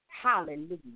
Hallelujah